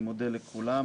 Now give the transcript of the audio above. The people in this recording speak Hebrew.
אני מודה לכולם.